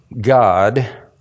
God